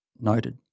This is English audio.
noted